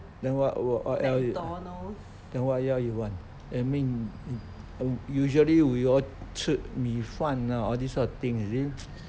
then wha~ what then what else you want I mean usually we 吃米饭 ah all these kind of thing you see